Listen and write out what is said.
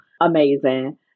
amazing